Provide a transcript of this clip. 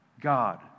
God